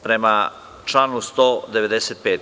Prema članu 195.